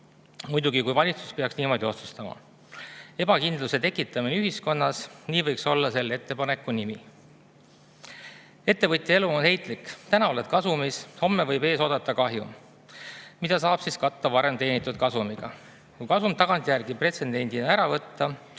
muidugi, kui valitsus peaks niimoodi otsustama. Ebakindluse tekitamine ühiskonnas – see võiks olla selle ettepaneku nimi. Ettevõtja elu on heitlik, täna on ta kasumis, homme võib ees oodata kahju, mida saab katta varem teenitud kasumiga. Kui kasum tagantjärgi pretsedendina ära võtta,